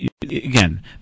again